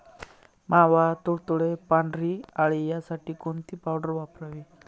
मावा, तुडतुडे, पांढरी अळी यासाठी कोणती पावडर वापरावी?